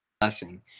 blessing